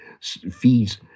feeds